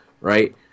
right